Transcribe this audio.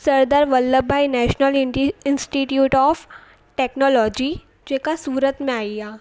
सरदार Vallabh Bhai national इंटी institute of technology जेका सूरत में आई आहे